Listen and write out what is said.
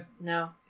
no